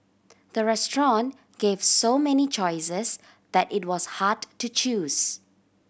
the restaurant gave so many choices that it was hard to choose